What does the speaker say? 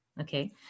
okay